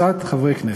עיסאווי פריג',